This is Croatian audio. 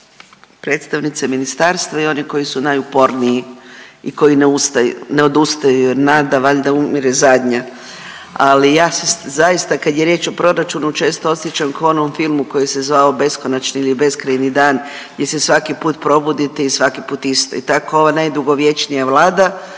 predstavnice ministarstva i oni koji su najuporniji i koji ne ustaju, ne odustaju jer nada valjda umire zadnja, ali ja se zaista kad je riječ o proračunu često osjećam kao ona u filmu koji se zvao Beskonačni ili Beskrajni dan gdje se svaki put probudite i svaki put isto i tako ova najdugovječnija Vlada